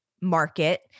market